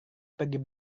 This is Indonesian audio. pergi